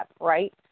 right